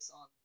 on